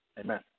Amen